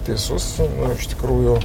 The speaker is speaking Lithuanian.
teisus iš tikrųjų